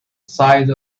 size